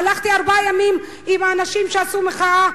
הלכתי ארבעה ימים עם האנשים שעשו מחאה,